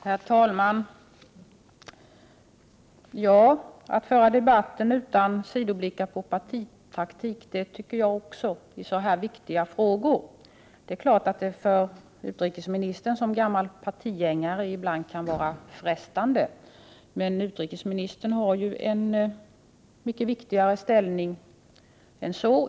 Herr talman! Att föra debatten utan sidoblickar på partitaktik tycker även jag är angeläget i en så viktig fråga som denna. Jag förstår att det för utrikesministern som gammal partigängare ibland kan vara frestande att inte göra det. Men utrikesministern har ju i dag en mycket viktigare ställning än så.